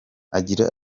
agira